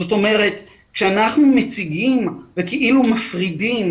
זאת אומרת כשאנחנו מציגים וכאילו מפרידים